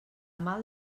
mal